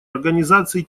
организации